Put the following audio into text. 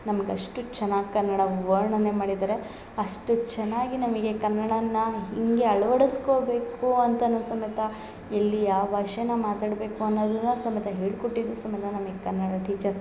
ನಮ್ಗೆ ಅಷ್ಟು ಚೆನ್ನಾಗಿ ಕನ್ನಡ ವರ್ಣನೆ ಮಾಡಿದ್ದಾರೆ ಅಷ್ಟು ಚೆನ್ನಾಗಿ ನಮಗೆ ಕನ್ನಡನ ಹೀಗೆ ಅಳವಡಿಸ್ಕೊಬೇಕು ಅಂತನು ಸಮೇತ ಎಲ್ಲಿ ಯಾವ ವಿಷ್ಯನ ಮಾತಾಡಬೇಕು ಅನ್ನೋದುನ ಸಮೇತ ಹೇಳ್ಕೊಟ್ಟಿದ್ದು ಸಮೇತ ನಮಗೆ ಕನ್ನಡ ಟೀಚರ್ಸ್